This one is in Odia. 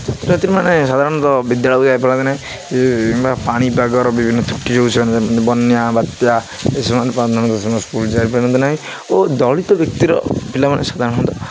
ଛାତ୍ରୀ ମାନେ ସାଧାରଣତଃ ବିଦ୍ୟାଳୟକୁ ଯାଇପାରନ୍ତି ନାହିଁ କିମ୍ବା ପାଣିପାଗର ବିଭିନ୍ନ ତୁଟି ହଉ ବନ୍ୟା ବାତ୍ୟା ଏ ସେମାନେ ସ୍କୁଲ ଯାଇପାରନ୍ତି ନାହିଁ ଓ ଦଳିତ ବ୍ୟକ୍ତିର ପିଲାମାନେ ସାଧାରଣତଃ